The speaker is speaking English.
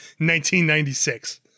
1996